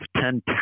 ten